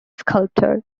sculptor